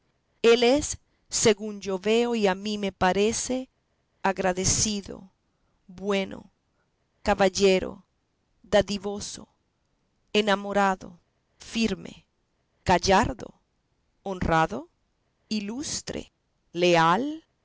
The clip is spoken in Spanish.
él es según yo veo y a mí me parece agradecido bueno caballero dadivoso enamorado firme gallardo honrado ilustre leal